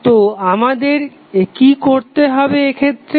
তো আমাদের কি করতে হবে এক্ষেত্রে